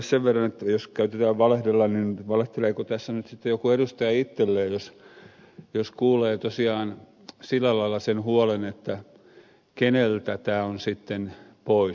sen verran että jos käytetään sanaa valehdella niin valehteleeko tässä nyt sitten joku edustaja itselleen jos kuulee tosiaan sillä lailla sen huolen että keneltä tämä on sitten pois